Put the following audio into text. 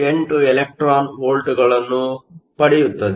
78 electron volt ಗಳನ್ನು ಪಡೆಯುತ್ತದೆ